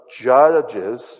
Judges